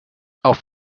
auf